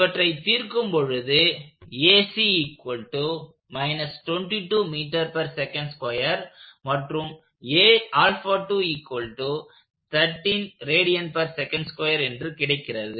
இவற்றை தீர்க்கும் பொழுது மற்றும் என்று கிடைக்கிறது